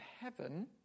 heaven